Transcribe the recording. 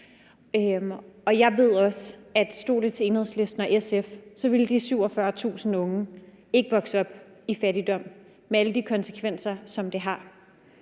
Jeg ved også, at stod det til Enhedslisten og SF, ville de 47.000 unge ikke vokse op i fattigdom med alle de konsekvenser, som det har.